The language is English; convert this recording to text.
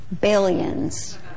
Billions